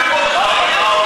צאו מהמליאה.